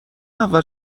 اول